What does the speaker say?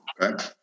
Okay